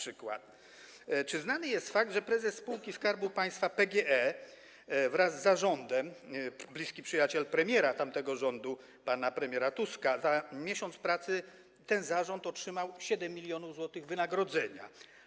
Czy znany jest fakt, że prezes spółki Skarbu Państwa PGE wraz z zarządem, bliski przyjaciel premiera tamtego rządu, pana premiera Tuska... że za miesiąc pracy ten zarząd otrzymał 7 mln zł wynagrodzenia?